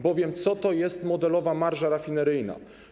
Bowiem co to jest modelowa marża rafineryjna?